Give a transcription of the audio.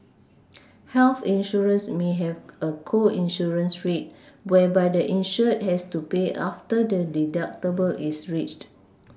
health insurance may have a co insurance rate whereby the insured has to pay after the deductible is reached